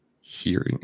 hearing